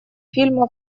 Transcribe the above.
фильма